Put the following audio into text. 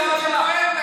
אל תספר סיפורים שכואב לך.